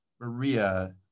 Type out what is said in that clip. Maria